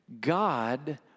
God